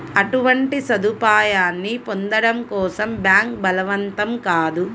అటువంటి సదుపాయాన్ని పొందడం కోసం బ్యాంక్ బలవంతం కాదు